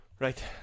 Right